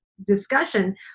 discussion